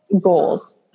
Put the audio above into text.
goals